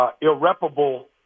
irreparable